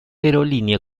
aerolínea